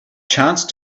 chance